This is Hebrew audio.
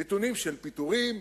נתונים של פיטורים,